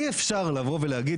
אי אפשר לבוא ולהגיד,